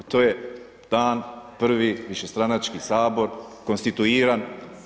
Pa to je dan prvi višestranački Sabor konstituiran.